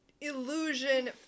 Illusion